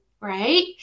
right